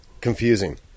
Confusing